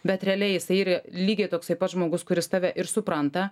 bet realiai jisai ir lygiai toksai pat žmogus kuris tave ir supranta